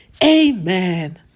Amen